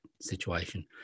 situation